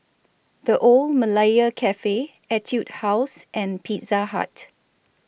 The Old Malaya Cafe Etude House and Pizza Hut